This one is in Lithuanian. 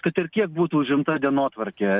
kad ir kiek būtų užimta dienotvarkė